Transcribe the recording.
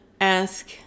ask